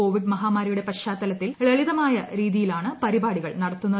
Covid മഹാമാരിയുടെ പശ്ചാത്തലത്തിൽ ലളിതമായ രീതിയിലാണ് പരിപാടികൾ നടത്തുന്നത്